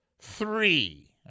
three